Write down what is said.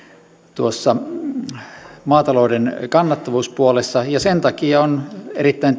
tuossa maatalouden kannattavuuspuolessa ja sen takia on erittäin